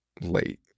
late